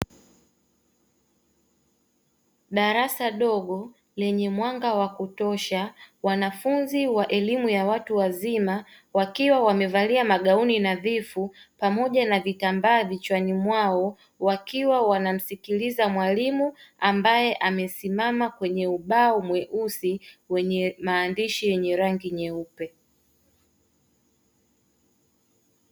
Darasa dogo lenye mwanga wa kutosha, wanafunzi wa elimu ya watu wazima wakiwa wamevalia magauni nadhifu pamoja na vitambaa vichwani mwao, wakiwa wanamsikiliza mwalimu ambaye amesimama kwenye ubao mweusi wenye maandishi yenye rangi nyeupe.